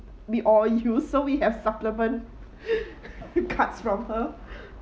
we all use so we have supplement cards from her